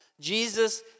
Jesus